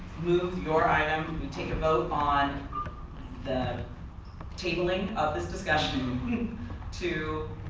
move your item we take a vote on the tabling of this discussion to